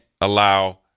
allow